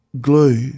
glue